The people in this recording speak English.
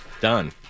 Done